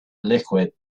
liquid